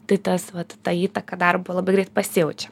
tai tas vat ta įtaka darbui labai greit pasijaučia